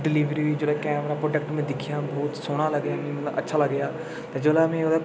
delivery जेह्ड़ा camera product में दिक्खेआ बहुत सोह्ना लग्गेआ ते अच्छा लग्गेआ ते जेल्लै में ओह्दे